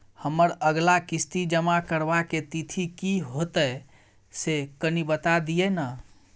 हमर अगला किस्ती जमा करबा के तिथि की होतै से कनी बता दिय न?